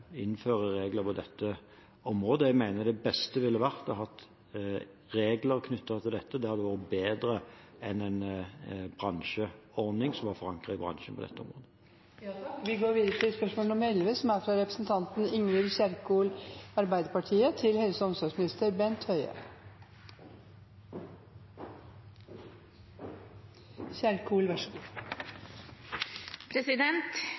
regler på dette området. Jeg mener det beste ville vært å ha regler knyttet til dette. Det hadde vært bedre enn en bransjeordning som var forankret i bransjen, på dette området. «I Norge finner vi de tydeligste sosiale forskjellene innen helse. Vi har kunnskap og virkemidler til å møte disse utfordringene. Regjeringen fraskriver seg ansvaret og avviser å lytte til forskning og